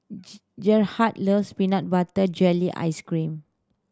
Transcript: Gerhard loves peanut butter jelly ice cream